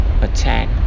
attack